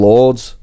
Lord's